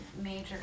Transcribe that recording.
major